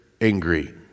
angry